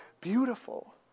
beautiful